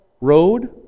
road